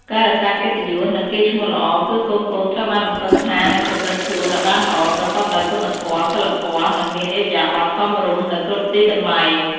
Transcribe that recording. ការរក្សាកិត្តិយស និងកេរ្តិ៍ឈ្មោះល្អ គឺកូនៗត្រូវបានរំពឹងថានឹង ប្រព្រឹត្តខ្លួនឲ្យបានល្អ ប្រកបដោយគុណធម៌ សីលធម៌ និងមានឥរិយាបថសមរម្យ នៅគ្រប់ទីកន្លែង។